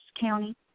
county